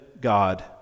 God